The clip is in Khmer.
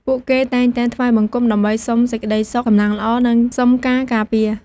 ពួកគេតែងតែថ្វាយបង្គំ ដើម្បីសុំសេចក្តីសុខ សំណាងល្អ និងសុំការការពារ។